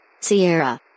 Sierra